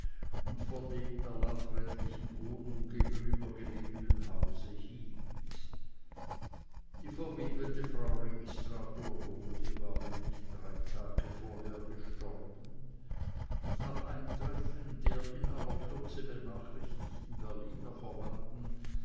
und vor dem der landrätlichen wohnung gegenüber gelegenen hause hielt die verwitwete frau registrator rode war nämlich drei tage vorher gestorben und nach eintreffen der in aller kürze benachrichtigten berliner verwandten